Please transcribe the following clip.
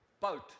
Boat